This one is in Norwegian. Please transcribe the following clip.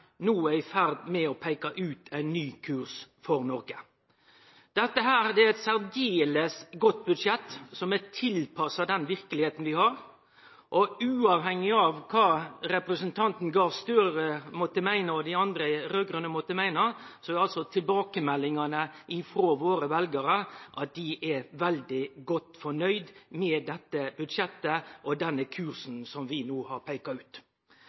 no er i ferd med å peike ut ein ny kurs for Noreg. Dette er eit særdeles godt budsjett, som er tilpassa den verkelegheita vi har. Uavhengig av kva representanten Gahr Støre og dei andre raud-grøne måtte meine, er tilbakemeldingane frå våre veljarar at dei er veldig godt fornøgde med det budsjettet og den kursen som vi no har peika ut.